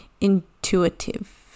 intuitive